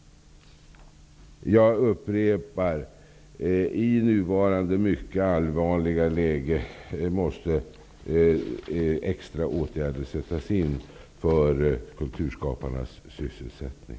Jag upprepar: I nuvarande mycket allvarliga läge måste extra åtgärder sättas in för kulturskaparnas sysselsättning.